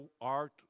art